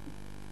מרדכי